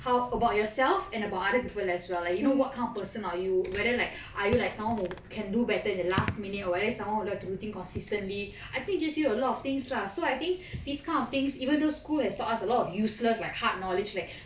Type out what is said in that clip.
how about yourself and about other people as well like you know what kind of person are you whether like are you like someone who can do better at the last minute or whether someone who like to do thing consistently I think it teach you a lot of things lah so I think these kind of things even though school has taught us a lot of useless like hard knowledge like